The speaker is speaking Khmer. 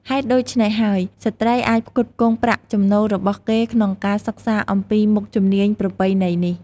ហេតុដូច្នេះហើយ ស្ត្រីអាចផ្គត់ផ្គង់ប្រាក់ចំណូលរបស់គេក្នុងការសិក្សាអំពីមុខជំនាញប្រពៃណីនេះ។